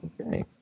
Okay